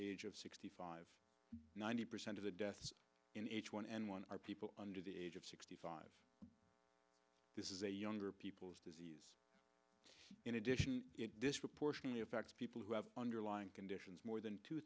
age of sixty five ninety percent of the deaths in h one n one are people under the age of sixty five this is a younger people's disease in addition disproportionately affects people who have underlying conditions more than two